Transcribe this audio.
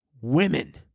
women